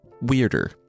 weirder